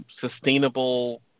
sustainable